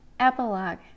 Epilogue